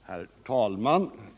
Herr talman!